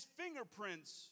fingerprints